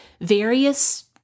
various